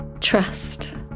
Trust